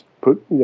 put